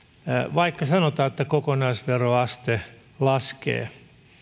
vaikka sanotaan että kokonaisveroaste laskee